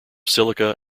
silica